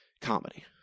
Comedy